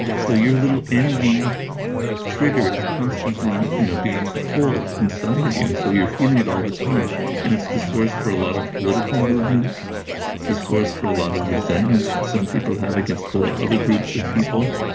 so your little envy triggers constantly you know being pulled inside of you. and so you're feeling it all the time and it's the source for a lot of political movements. it's the source for a lot of resentments that some people have against all other groups of people.